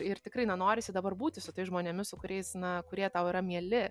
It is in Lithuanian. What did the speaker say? ir tikrai na norisi dabar būti su tais žmonėmis su kuriais na kurie tau yra mieli